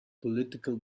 political